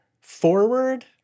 forward